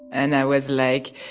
and i was like,